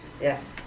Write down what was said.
Yes